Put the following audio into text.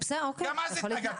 גם אז התנגדתי.